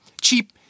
cheap